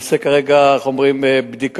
הנושא כרגע בבדיקה,